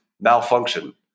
malfunction